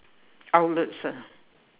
outlets ah